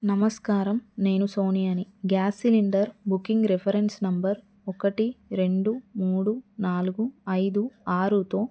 నమస్కారం నేను సోనియాని gas cylinder booking reference number ఒకటి రెండు మూడు నాలుగు ఐదు ఆరుతో